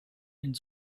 and